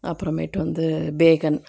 அப்புறமேட்டு வந்து பேகன்